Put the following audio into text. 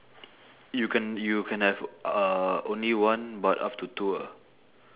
you can you can have uh only one but up to two ah